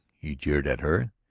he jeered at her,